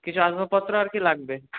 কিছু আসবাবপত্র আর কি লাগবে